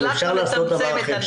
אבל אפשר לעשות דבר אחר,